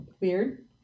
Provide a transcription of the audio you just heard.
Weird